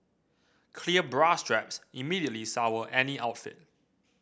clear bra straps immediately sour any outfit